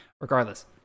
regardless